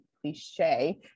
cliche